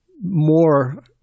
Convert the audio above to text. more